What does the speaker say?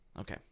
Okay